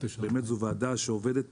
זו ועדה שעובדת